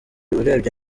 urebye